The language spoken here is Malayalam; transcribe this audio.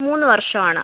മൂന്ന് വർഷമാണ്